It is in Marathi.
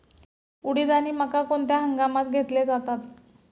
उडीद आणि मका कोणत्या हंगामात घेतले जातात?